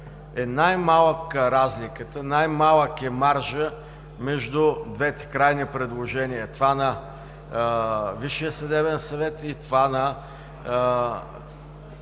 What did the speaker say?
е най-малка разликата, най-малък е маржът между двете крайни предложения – това на Висшия съдебен съвет и това на